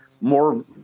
more